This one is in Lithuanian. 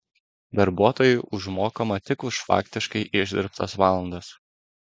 darbuotojui užmokama tik už faktiškai išdirbtas valandas